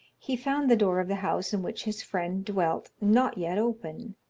he found the door of the house in which his friend dwelt not yet open.